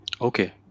Okay